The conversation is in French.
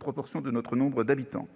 proportionnellement au nombre de nos habitants.